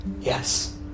Yes